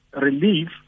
relief